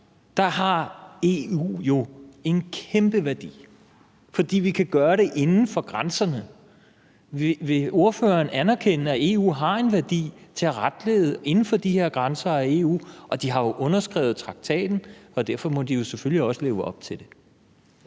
har EU jo en kæmpe værdi, fordi vi kan gøre det inden for grænserne. Vil ordføreren anerkende, at EU har en værdi til at retlede inden for de her grænser af EU? Og de har jo underskrevet traktaten, og derfor må de selvfølgelig også leve op til det.